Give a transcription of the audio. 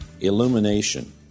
illumination